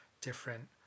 different